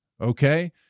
okay